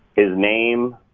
his name,